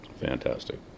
Fantastic